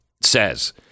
says